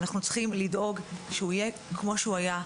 אנחנו צריכים לדאוג שהוא יהיה כמו שהיה,